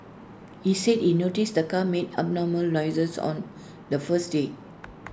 he said he noticed the car made abnormal noises on the first day